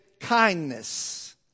kindness